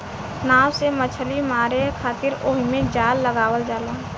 नाव से मछली मारे खातिर ओहिमे जाल लगावल जाला